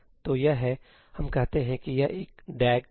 तो यह है हम कहते हैं कि यह एक DAG सही है